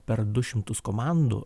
per du šimtus komandų